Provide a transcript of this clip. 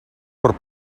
per